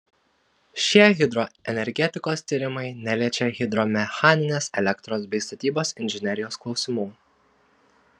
šie hidroenergetikos tyrimai neliečia hidromechaninės elektros bei statybos inžinerijos klausimų